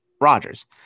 Rodgers